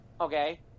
Okay